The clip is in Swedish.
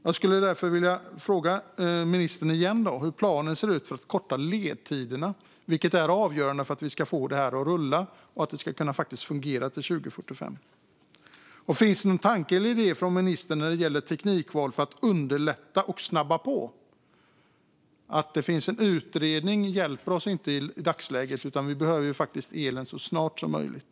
Jag vill därför återigen fråga ministern hur planen ser ut för att korta ledtiderna, vilket är avgörande för att vi ska få det här att rulla och faktiskt fungera till 2045. Och finns det någon tanke eller idé från ministern när det gäller teknikval för att underlätta och snabba på? Att det finns en utredning hjälper oss inte i dagsläget. Vi behöver faktiskt elen så snart som möjligt.